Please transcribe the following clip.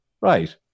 Right